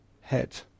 head